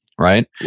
right